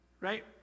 Right